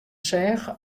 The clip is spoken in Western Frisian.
seach